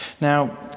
Now